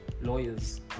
Lawyers